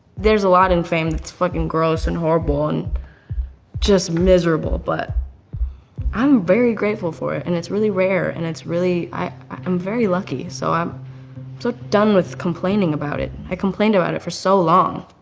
there's a lot in fame that's fucking gross and horrible and just miserable, but i'm very grateful for it and it's really rare and it's really, i'm very lucky, so i'm so done with complaining about it. i complained about it for so long.